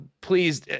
Please